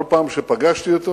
כל פעם שפגשתי אותו